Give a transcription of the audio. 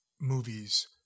movies